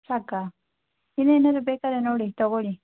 ಸಾಕಾ ಇನ್ನೇನಾದರೂ ಬೇಕಾದರೆ ನೋಡಿ ತೊಗೊಳ್ಳಿ